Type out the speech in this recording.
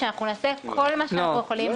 אנחנו נעשה כל מה שאנחנו יכולים,